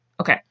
okay